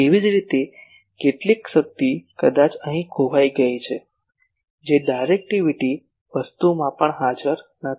તેવી જ રીતે કેટલીક શક્તિ કદાચ અહીં ખોવાઈ ગઈ છે જે ડાયરેક્ટિવિટી વસ્તુમાં પણ હાજર નથી